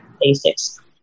basics